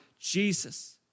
Jesus